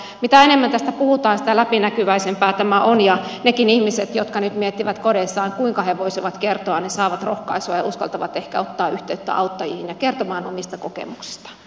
mitä enemmän tästä puhutaan sitä läpinäkyväisempää tämä on ja nekin ihmiset jotka nyt miettivät kodeissaan kuinka he voisivat kertoa saavat rohkaisua ja uskaltavat ehkä ottaa yhteyttä auttajiin ja kertoa omista kokemuksistaan